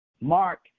Mark